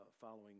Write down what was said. following